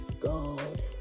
God